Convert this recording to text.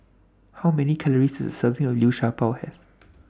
How Many Calories Does A Serving of Liu Sha Bao Have